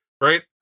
right